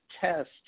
test